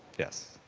yes.